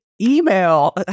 email